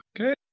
Okay